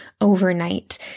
overnight